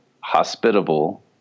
hospitable